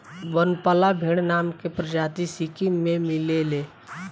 बनपाला भेड़ नाम के प्रजाति सिक्किम में मिलेले